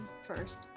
first